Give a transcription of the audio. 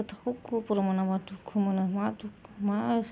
गोथौ खबर मोनाबा दुखु मोनो मा दुखु मा